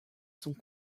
sont